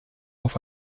auf